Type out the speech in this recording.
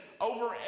over